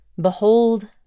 Behold